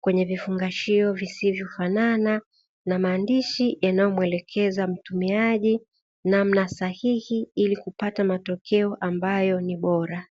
kwenye vifungashio visivyofanana, na maandishi yanayomwelekeza mtumiaji namna sahihi ili kupata matokeo ambayo ni bora.